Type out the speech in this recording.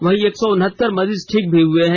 वहीं एक सौ उनहत्तर मरीज ठीक हुए हैं